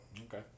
Okay